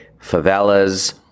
favelas